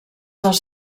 dels